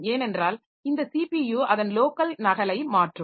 ஏனென்றால் இந்த ஸிபியு அதன் லோக்கல் நகலை மாற்றும்